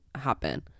happen